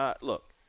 look